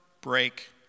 break